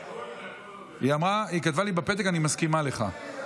היא כתבה לי בפתק: אני מסכימה לך.